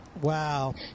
Wow